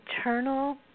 eternal